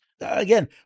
Again